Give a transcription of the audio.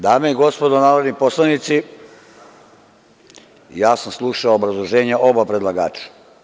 Dame i gospodo narodni poslanici, ja sam slušao obrazloženja oba predlagača.